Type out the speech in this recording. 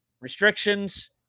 restrictions